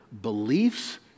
beliefs